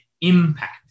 impact